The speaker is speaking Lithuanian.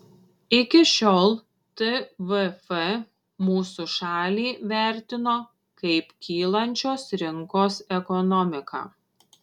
iki šiol tvf mūsų šalį vertino kaip kylančios rinkos ekonomiką